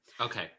Okay